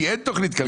כי אין תכנית כלכלית.